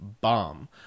bomb